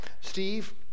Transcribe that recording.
Steve